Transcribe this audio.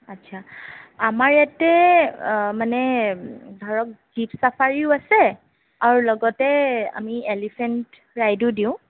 আচ্ছা আমাৰ ইয়াতে মানে ধৰক জীপ চাফাৰীও আছে আৰু লগতে আমি এলিফেণ্ট ৰাইডো দিওঁ